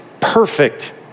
perfect